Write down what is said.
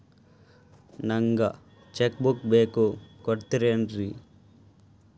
ನಂಗ cheque book ಬೇಕು ಕೊಡ್ತಿರೇನ್ರಿ?